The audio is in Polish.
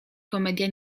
komedia